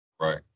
Right